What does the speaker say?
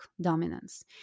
dominance